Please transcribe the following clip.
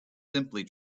simply